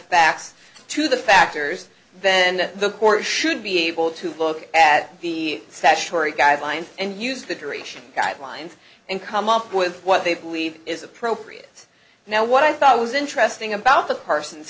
facts to the factors then the court should be able to look at the sasural guidelines and use the duration guidelines and come up with what they believe is appropriate now what i thought was interesting about the parson